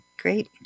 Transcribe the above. great